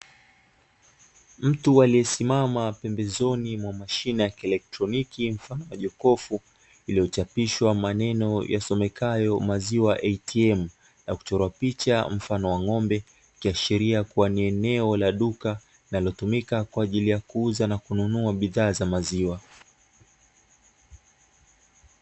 Mtu aliyesimama pembezoni mwa mashine ya kielektroniki mfano wa jokofu, lililochapishwa maneno yasomekayo "maziwa ATM" na kuchorwa picha mfano wa ng'ombe, ikiashiria kuwa ni eneo la duka linalotumika kwa ajili ya kuuza na kununua bidhaa za maziwa.